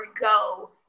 go